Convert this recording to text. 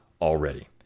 already